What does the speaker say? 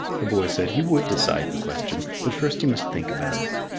the boy said he would decide the question, but first he must think about it.